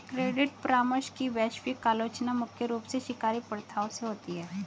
credit परामर्श की वैश्विक आलोचना मुख्य रूप से शिकारी प्रथाओं से होती है